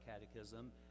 Catechism